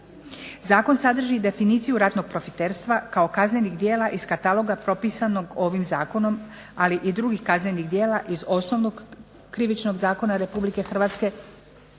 Zakon sadrži definiciju ratnog profiterstva kao kaznenih djela iz kataloga propisanog ovim zakonom, ali i drugih kaznenih djela iz Osnovnog krivičnog zakona Republike Hrvatske,